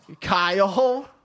Kyle